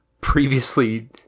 previously